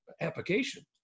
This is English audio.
application